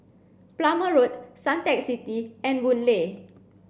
Plumer Road Suntec City and Boon Lay